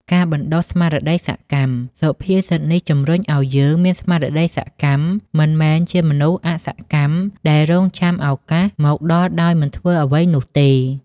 ការបណ្ដុះស្មារតីសកម្ម សុភាសិតនេះជំរុញឲ្យយើងមាន ស្មារតីសកម្ម មិនមែនជាមនុស្សអសកម្មដែលរង់ចាំឱកាសមកដល់ដោយមិនធ្វើអ្វីនោះទេ។